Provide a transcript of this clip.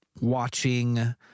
watching